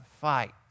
fight